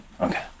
Okay